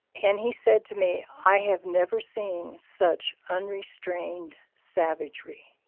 and he said to me, i have never seen such unrestrained savagery.